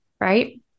Right